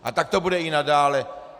A tak to bude i nadále.